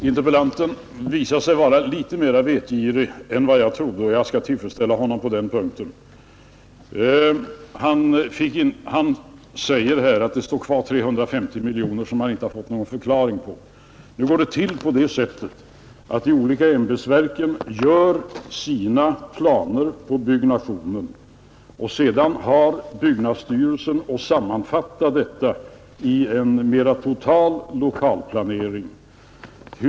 Fru talman! Interpellanten visar sig vara litet mer vetgirig än vad jag trodde, och jag skall försöka tillfredsställa honom på den punkten. Han säger att det står kvar 350 miljoner som han inte fått någon förklaring på. Nu går det till på det sättet att de olika ämbetsverken gör upp sina planer på byggnationer, och sedan har byggnadsstyrelsen att sammanfatta detta i en mer total lokalplanering.